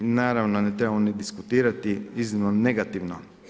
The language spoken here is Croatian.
Naravno ne trebamo ni diskutirati, iznimno negativno.